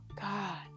God